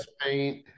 paint